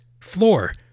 floor